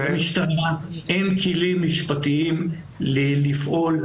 למשטרה אין כלים משפטיים לפעול.